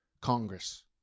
Congress